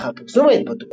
לאחר פרסום ההתבטאויות